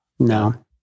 No